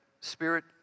Spirit